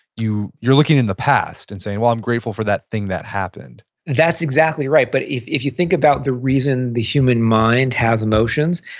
you're looking in the past and saying well, i'm grateful for that thing that happened that's exactly right, but if if you think about the reason the human mind has emotions,